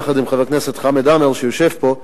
יחד עם חבר הכנסת חמד עמאר שיושב פה,